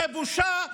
זו בושה.